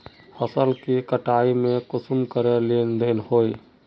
फसल के कटाई में कुंसम करे लेन देन होए?